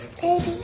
baby